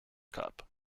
cup